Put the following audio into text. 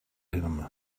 him